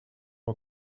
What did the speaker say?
aux